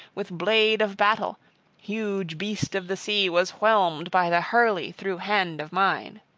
with blade of battle huge beast of the sea was whelmed by the hurly through hand of mine.